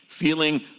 feeling